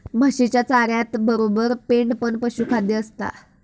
म्हशीच्या चाऱ्यातबरोबर पेंड पण पशुखाद्य असता